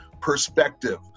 Perspective